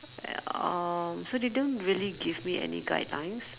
uh so they don't really give me any guidelines